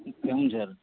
Keonjhar